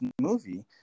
movie